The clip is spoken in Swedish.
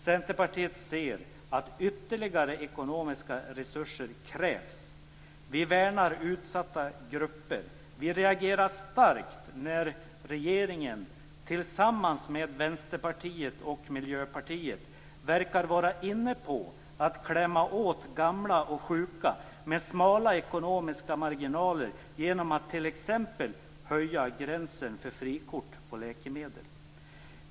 Centerpartiet ser att ytterligare ekonomiska resurser krävs. Vi värnar utsatta grupper. Vi reagerar starkt när regeringen tillsammans med Vänsterpartiet och Miljöpartiet verkar att vara inne på att klämma åt gamla och sjuka med smala ekonomiska marginaler genom att t.ex. höja gränsen för frikort för läkemedel.